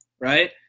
right